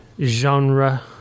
genre